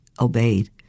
obeyed